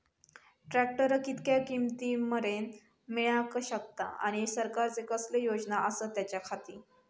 Tractor कितक्या किमती मरेन मेळाक शकता आनी सरकारचे कसले योजना आसत त्याच्याखाती?